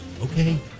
Okay